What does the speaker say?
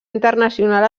internacional